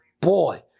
boy